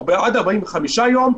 לעניין הסדר החוב,